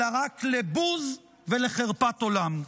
אלא רק לבוז ולחרפת עולם.